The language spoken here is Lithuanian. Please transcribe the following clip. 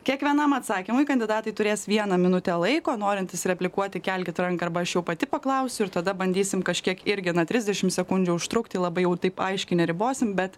kiekvienam atsakymui kandidatai turės vieną minutę laiko norintys replikuoti kelkit ranką arba aš jau pati paklausiu ir tada bandysim kažkiek irgi ne trisdešimt sekundžių užtrukti labai jau taip aiškiai neribosim bet